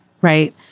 Right